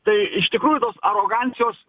tai iš tikrųjų tos arogancijos